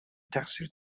تقصیر